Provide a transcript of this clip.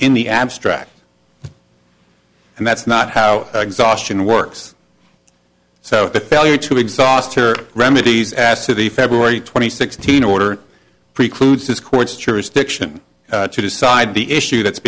in the abstract and that's not how exhaustion works so the failure to exhaust her remedies as to the february twenty sixth teen order precludes this court's jurisdiction to decide the issue that's